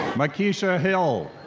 makeesha hill.